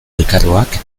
elkargoak